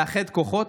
לאחד כוחות.